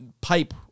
pipe